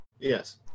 Yes